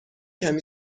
کمی